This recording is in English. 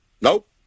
Nope